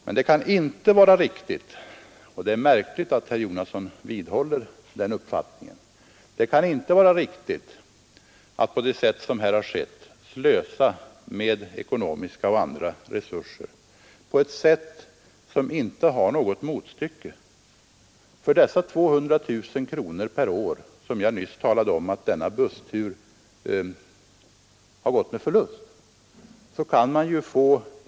Men det kan inte vara riktigt — och det är märkligt att herr Jonasson vidhåller den uppfattningen — att som här har skett slösa med ekonomiska och andra resurser på ett sätt som inte har något motstycke. Jag talade om att denna busstur gått med förlust med 200 000 kronor per år.